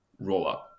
rollup